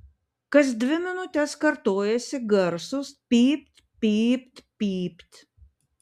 kas dvi minutes kartojosi garsūs pypt pypt pypt